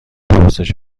پرسش